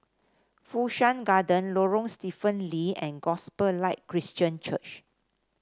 Fu Shan Garden Lorong Stephen Lee and Gospel Light Christian Church